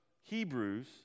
Hebrews